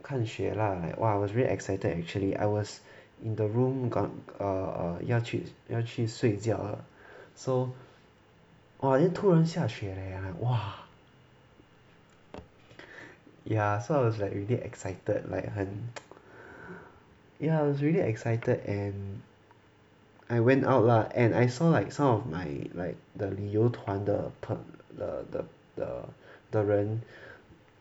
看雪 lah like !wah! was really excited actually I was in the room got err err 要去要去睡觉了 so !wah! then 突然下雪 leh !wah! ya so I was like really excited like 很 ya I was really excited and I went out lah and I saw like some of my like the 旅游团的的的的的人